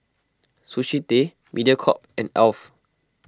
Sushi Tei Mediacorp and Alf